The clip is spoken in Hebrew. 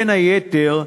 בין היתר,